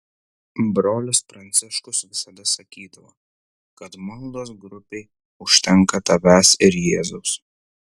brolis pranciškus visada sakydavo kad maldos grupei užtenka tavęs ir jėzaus